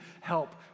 help